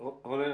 רונן,